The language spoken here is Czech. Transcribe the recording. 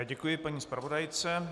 Děkuji paní zpravodajce.